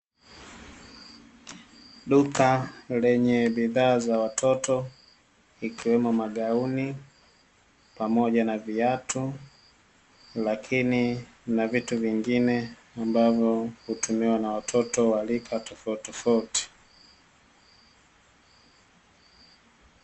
Duka lenye bidhaa za watoto, ikiwemo magauni pamoja na viatu, lakini na vitu vingine ambavyo hutumiwa na watoto wa rika tofautitofauti.